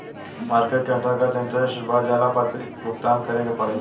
market के अंतर्गत interest rate बढ़ जाला पर अधिक भुगतान करे के पड़ेला